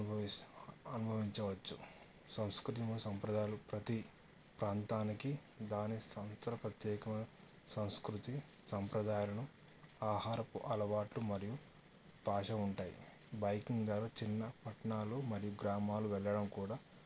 అనుభవించవచ్చు సంస్కృతి మరియు సంప్రదాయాలు ప్రతి ప్రాంతానికి దాని సొంత ప్రత్యేకమైన సంస్కృతి సంప్రదాయాలను ఆహారపు అలవాట్లు మరియు భాష ఉంటాయి బైకింగ్ ద్వారా చిన్న పట్టణాలు మరియు గ్రామాలు వెళ్ళడం కూడా